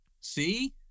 see